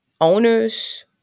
owners